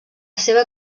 seva